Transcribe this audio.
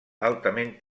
altament